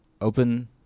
open